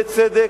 בצדק.